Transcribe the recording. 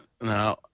no